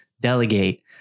delegate